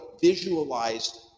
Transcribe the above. visualized